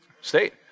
state